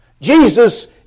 Jesus